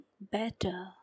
better